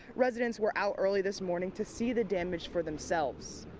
residents were out early this morning to see the damage for themselves.